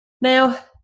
Now